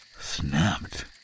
snapped